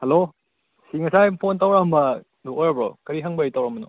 hello ꯁꯤ ꯉꯁꯥꯏ phone ꯇꯧꯔꯛꯑꯝꯕꯗꯨ ꯑꯣꯏꯔꯕꯣ ꯀꯔꯤ ꯍꯪꯕꯒꯤ ꯇꯧꯔꯛꯑꯝꯕꯅꯣ